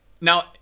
now